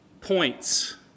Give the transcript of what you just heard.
points